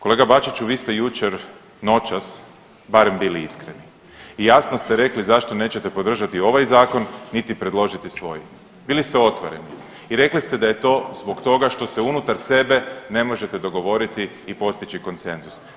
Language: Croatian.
Kolega Bačiću vi ste jučer noćas barem bili iskreni i jasno ste rekli zašto nećete podržati ovaj zakon niti predložiti svoj, bili ste otvoreni i rekli ste da je to zbog toga što se unutar sebe ne možete dogovoriti i postići konsenzus.